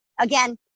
again